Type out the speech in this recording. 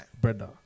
Brother